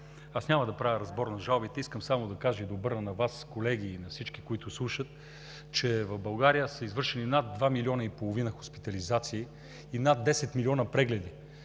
– няма да правя разбор на жалбите, а само ще кажа и ще обърна внимание на Вас, колеги, и на всички, които слушат, че в България са извършени над два милиона и половина хоспитализации и над десет милиона прегледи.